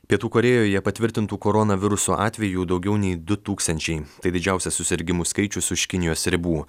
pietų korėjoje patvirtintų koronaviruso atvejų daugiau nei du tūkstančiai tai didžiausias susirgimų skaičius už kinijos ribų